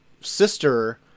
sister